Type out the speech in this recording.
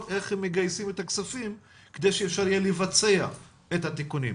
איך מגייסים את הכספים כדי שאפשר יהיה לבצע את התיקונים.